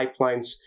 pipelines